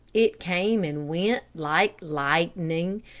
it came and went like lightning.